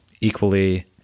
equally